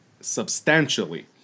substantially